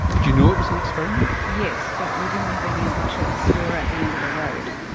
did you know it was an experiment? yes, but we didn't have any other choice, we were at the end of the road.